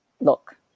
look